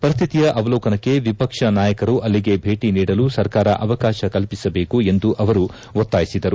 ಪರಿಸ್ಥಿತಿಯ ಅವಲೋಕನಕ್ಕೆ ವಿಪಕ್ಷ ನಾಯಕರು ಅಲ್ಲಿಗೆ ಭೇಟಿ ನೀಡಲು ಸರ್ಕಾರ ಅವಕಾಶ ಕಲ್ಪಿಸಬೇಕು ಎಂದು ಅವರು ಒತ್ತಾಯಿಸಿದರು